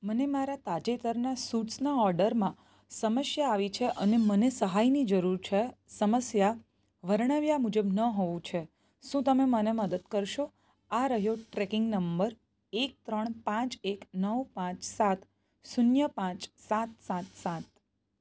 મને મારા તાજેતરના સુટ્સના ઓર્ડરમાં સમસ્યા આવી છે અને મને સહાયની જરૂર છે સમસ્યા વર્ણવ્યા મુજબ ન હોવું છે શું તમે મને મદદ કરશો આ રહ્યો ટ્રેકિંગ નંબર એક ત્રણ પાંચ એક નવ પાંચ સાત શૂન્ય પાંચ સાત સાત સાત